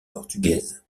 portugaise